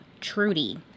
Trudy